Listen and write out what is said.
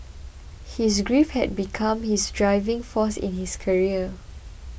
his grief had become his driving force in his career